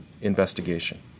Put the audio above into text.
investigation